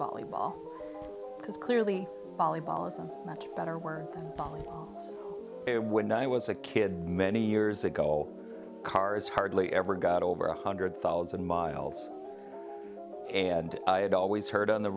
volleyball because clearly volleyball is a much better word when i was a kid many years ago cars hardly ever got over one hundred thousand miles and i had always heard on the